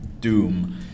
doom